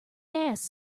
ass